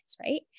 right